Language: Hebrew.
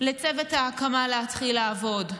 לצוות ההקמה להתחיל לעבוד.